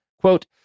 quote